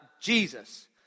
Jesus